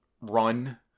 run